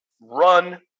run